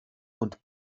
und